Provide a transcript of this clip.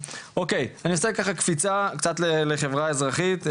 אני אעשה קפיצה קצת לחברה אזרחית.